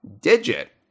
digit